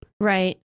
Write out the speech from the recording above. Right